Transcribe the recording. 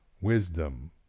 wisdom